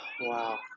Wow